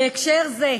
בהקשר זה,